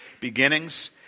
Beginnings